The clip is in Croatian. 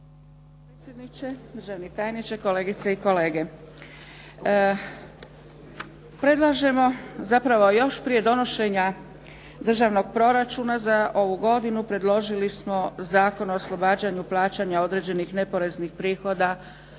potpredsjedniče, državni tajniče, kolegice i kolege. Predlažemo, zapravo još prije donošenja državnog proračuna za ovu godinu predložili smo Zakon o oslobađanju plaćanja određenih neporeznih prihoda